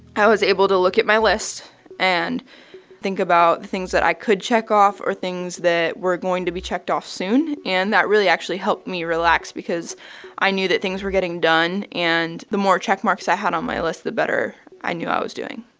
i was able to look at my list and think about the things that i could check off or things that were going to be checked off soon. and that really actually helped me relax because i knew that things were getting done. and the more checkmarks i had on my list, the better i knew i was doing